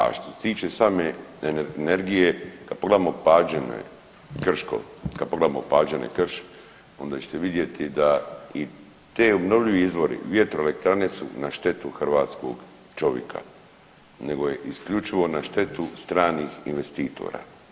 A što se tiče same energije, kad pogledamo Pađene Krško, kad pogledamo Pađene-Krš onda ćete vidjeti da i ti obnovljivi izvori vjetroelektrane su na štetu hrvatskog čovika, nego je isključivo na štetu stranih investitora.